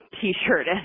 T-shirt